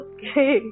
Okay